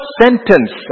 sentence